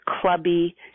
clubby